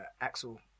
Axel